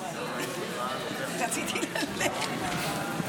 רציתי ללכת.